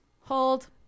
Hold